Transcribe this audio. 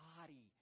body